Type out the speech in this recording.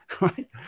right